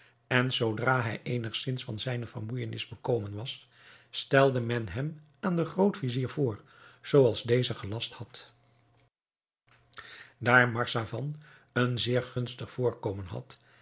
en zoodra hij eenigzins van zijne vermoeijenis bekomen was stelde men hem aan den groot-vizier voor zooals deze gelast had daar marzavan een zeer gunstig voorkomen had